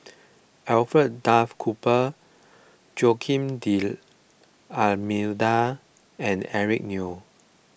Alfred Duff Cooper Joaquim D'Almeida and Eric Neo